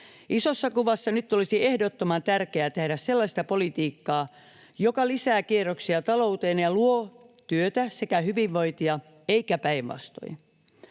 Isossa kuvassa nyt olisi ehdottoman tärkeää tehdä sellaista politiikkaa, joka lisää kierroksia talouteen ja luo työtä sekä hyvinvointia eikä päinvastoin.